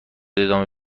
ادامه